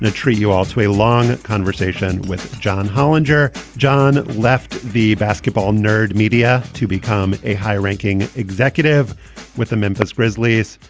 treat you all to a long conversation with john hollinger. john left the basketball nerd media to become a high ranking executive with the memphis grizzlies.